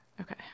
Okay